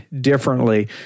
differently